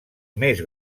més